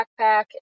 backpack